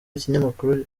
ikinyamakuru